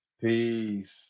Peace